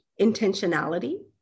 intentionality